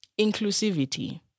inclusivity